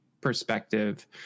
perspective